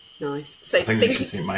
nice